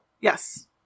Yes